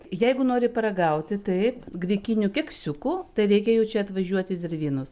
jeigu nori paragauti taip grikinių keksiukų tai reikia jau čia atvažiuoti į zervynus